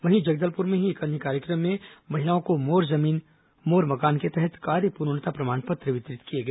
वहीं जगदलपुर में ही एक अन्य कार्यक्रम में महिलाओं को मोर जमीन मोर मकान के तहत कार्य पूर्णता प्रमाण पत्र वितरित किया गया